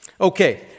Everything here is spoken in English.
Okay